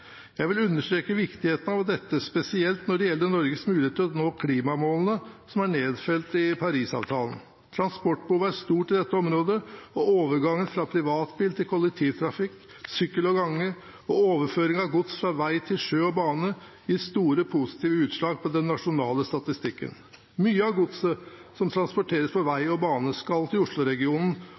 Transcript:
Jeg vil understreke viktigheten av dette, spesielt når det gjelder Norges muligheter til å nå klimamålene som er nedfelt i Parisavtalen. Transportbehovet er stort i dette området, og overgang fra privatbil til kollektivtrafikk, sykkel og gange og overføring av gods fra veg til sjø og bane gir store positive utslag på den nasjonale statistikken. Mye av godset som transporteres på vei og bane, skal